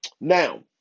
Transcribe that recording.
Now